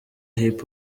hip